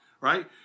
right